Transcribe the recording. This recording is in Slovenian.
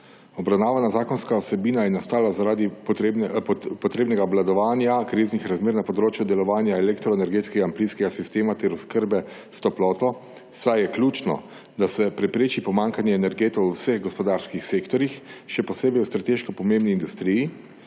Obravnavana zakonska vsebina je nastala zaradi potrebnega obvladovanja kriznih razmer na področju delovanja elektroenergetskega in plinskega sistema ter oskrbe s toploto, saj je ključno, da se prepreči pomanjkanje energentov v vseh gospodarskih sektorjih, še posebej v strateško pomembni industriji